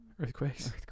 Earthquakes